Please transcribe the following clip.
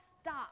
stop